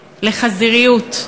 לחזיריות.